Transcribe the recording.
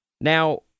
Now